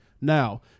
Now